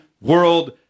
world